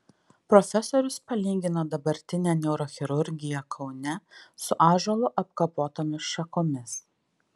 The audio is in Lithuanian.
profesorius palygino dabartinę neurochirurgiją kaune su ąžuolu apkapotomis šakomis